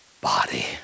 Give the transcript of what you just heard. body